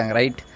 right